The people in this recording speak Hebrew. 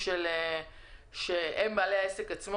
בעל עסק,